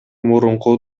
мурунку